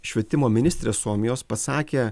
švietimo ministrė suomijos pasakė